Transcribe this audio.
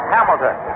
Hamilton